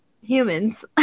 humans